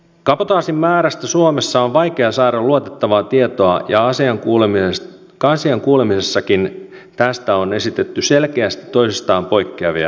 kabotaasin määrästä suomessa on vaikea saada luotettavaa tietoa ja se on kuule myös kansien asiantuntijakuulemisessakin tästä on esitetty selkeästi toisistaan poikkeavia näkemyksiä